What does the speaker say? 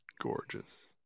gorgeous